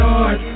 Lord